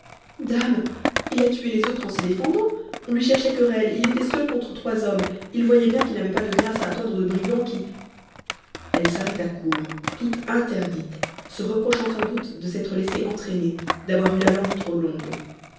dame il a tué les autres en se défendant on lui cherchait querelle il était seul contre trois hommes il voyait bien qu'il n'avait pas de grâce à attendre de brigands qui elle s'arrêta court toute interdite se reprochant sans doute de s'être laissée entraîner d'avoir eu la langue trop longue